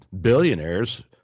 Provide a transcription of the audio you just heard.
billionaires